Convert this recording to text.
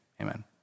Amen